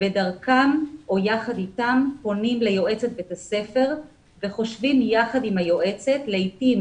ודרכן או יחד אתן פונים ליועצת בית הספר וחושבים יחד עם היועצת - לעתים